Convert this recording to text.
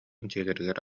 дьиэлэригэр